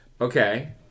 Okay